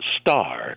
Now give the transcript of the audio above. Star